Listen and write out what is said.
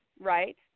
right